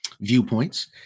viewpoints